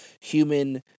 human